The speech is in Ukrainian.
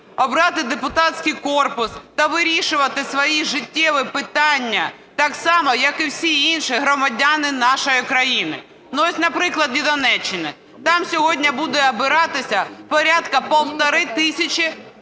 обрати депутатський корпус та вирішувати свої життєві питання так само, як і всі інші громадяни нашої країни. Ну ось, наприклад, від Донеччини. Там сьогодні буде обиратися порядка півтори тисячі